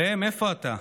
ראם, איפה אתה?